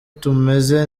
tumeze